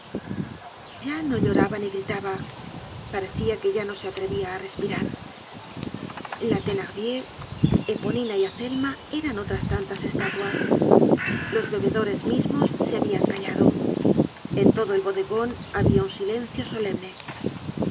ya no lloraba ni gritaba parecia que ya no se atrevía á respirar la thenardier eponina y azelma eran otras tantas estatuas l os bebedores mismos se habian callado en todo el bodegon habia un silencio solemne